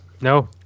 no